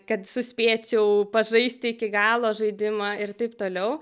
kad suspėčiau pažaisti iki galo žaidimą ir taip toliau